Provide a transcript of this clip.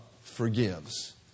forgives